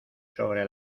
sobre